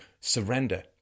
surrender